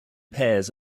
pairs